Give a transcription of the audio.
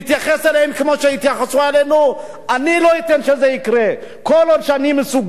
אני לא אתן שזה יקרה כל עוד אני מסוגל להשפיע בחברה הישראלית.